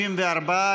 54,